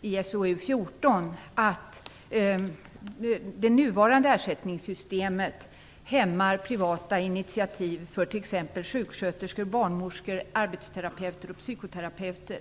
betänkande SoU14 framhålla att det nuvarande ersättningssystemet hämmar privata initiativ för t.ex. sjuksköterskor, barnmorskor, arbetsterapeuter och psykoterapeuter.